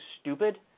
stupid